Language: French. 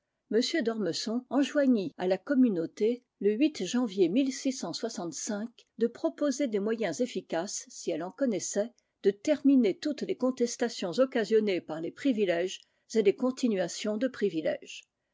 m d'ormesson enjoignit à la communauté le janvier de proposer des moyens efficaces si elle en connaissait de terminer toutes les contestations occasionnées par les privilèges et les continuations de privilèges